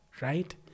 right